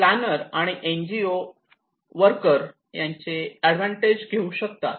planar आणि NGO worker याचे advantage घेऊ शकतात